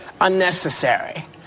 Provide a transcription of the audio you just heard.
unnecessary